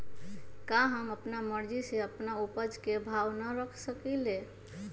का हम अपना मर्जी से अपना उपज के भाव न रख सकींले?